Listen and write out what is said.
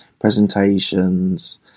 presentations